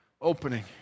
opening